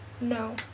No